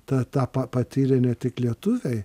tą etapą patyrė ne tik lietuviai